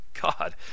God